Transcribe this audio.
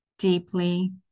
Deeply